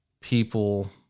people